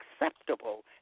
acceptable